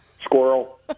Squirrel